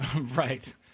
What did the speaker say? Right